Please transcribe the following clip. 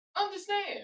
Understand